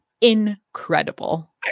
incredible